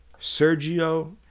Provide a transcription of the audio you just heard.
Sergio